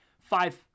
five